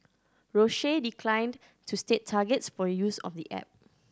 Roche declined to state targets for use of the app